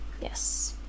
yes